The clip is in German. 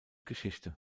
geschichte